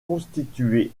constitué